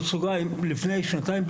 לפני שנתיים,